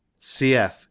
cf